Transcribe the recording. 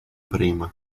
prima